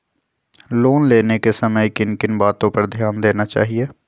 Loan लेने के समय किन किन वातो पर ध्यान देना चाहिए?